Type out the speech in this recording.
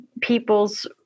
people's